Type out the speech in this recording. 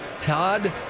todd